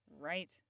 right